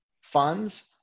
funds